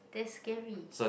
that's scary